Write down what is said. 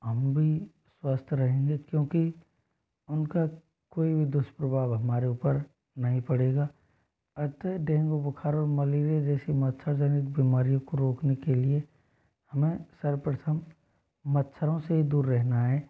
हम भी स्वस्थ रहेंगे क्योंकि उनका कोई भी दुष्प्रभाव हमारे ऊपर नहीं पड़ेगा अतः डेंगू बुखार और मलेरिया जैसी मच्छरजनित बीमारियों को रोकने के लिए हमें सर्वप्रथम मच्छरों से ही दूर रहना है